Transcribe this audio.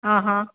હાહા